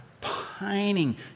pining